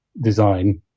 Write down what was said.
design